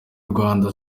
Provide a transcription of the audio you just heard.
rwanda